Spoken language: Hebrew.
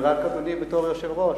ורק אדוני בתור יושב-ראש,